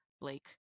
Blake